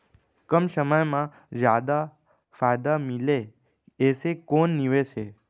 कम समय मा जादा फायदा मिलए ऐसे कोन निवेश हे?